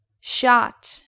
shot